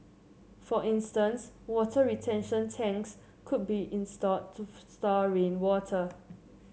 for instance water retention tanks could be installed to store rainwater